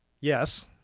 Yes